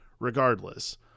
Regardless